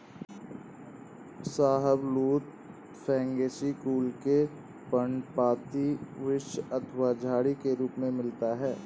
शाहबलूत फैगेसी कुल के पर्णपाती वृक्ष अथवा झाड़ी के रूप में मिलता है